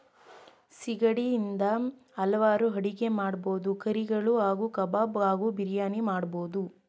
ಸಿಗಡಿ ಇಂದ ಹಲ್ವಾರ್ ಅಡಿಗೆ ಮಾಡ್ಬೋದು ಕರಿಗಳು ಹಾಗೂ ಕಬಾಬ್ ಹಾಗೂ ಬಿರಿಯಾನಿ ಮಾಡ್ಬೋದು